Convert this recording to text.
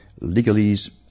legalese